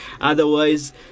Otherwise